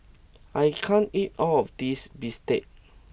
I can't eat all of this Bistake